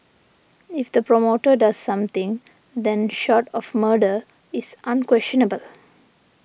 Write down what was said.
if the promoter does something then short of murder it's unquestionable